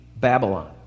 Babylon